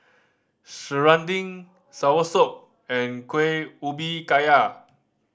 serunding soursop and Kueh Ubi Kayu